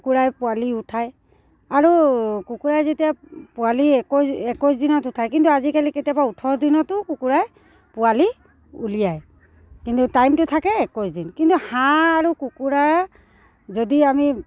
কুকুৰাই পোৱালি উঠায় আৰু কুকুৰাই যেতিয়া পোৱালি একৈছ একৈছ দিনত উঠায় কিন্তু আজিকালি কেতিয়াবা ওঠৰ দিনতো কুকুৰাই পোৱালি উলিয়ায় কিন্তু টাইমটো থাকে একৈছ দিন কিন্তু হাঁহ আৰু কুকুৰাৰ যদি আমি